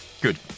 Good